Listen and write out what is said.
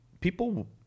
people